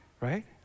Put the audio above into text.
right